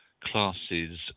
classes